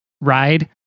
ride